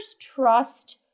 trust